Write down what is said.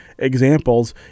examples